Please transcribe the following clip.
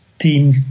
team